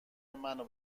منو